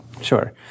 Sure